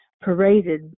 paraded